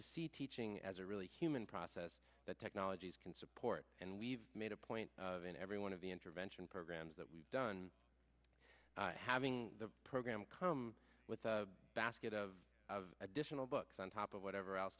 to see teaching as a really human process that technologies can support and we've made a point of in every one of the intervention programs that we've done having the program come with a basket of additional books on top of whatever else